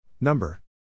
Number